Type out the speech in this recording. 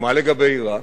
ומה לגבי עירק?